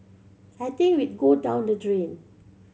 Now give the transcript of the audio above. I think we'd go down the drain